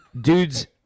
dudes